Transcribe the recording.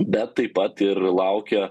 bet taip pat ir laukia